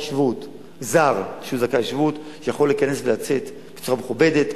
שבות יכול להיכנס ולצאת בצורה מכובדת.